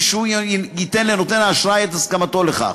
שהוא ייתן לנותן האשראי את הסכמתו לכך.